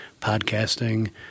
podcasting